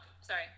Sorry